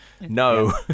No